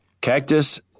Cactus